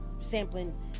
sampling